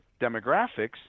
demographics